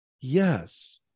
Yes